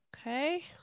Okay